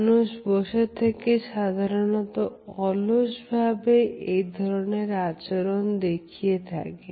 মানুষ বসে থাকে সাধারণত অলস ভাবে এ ধরনের আচরণ দেখিয়ে থাকে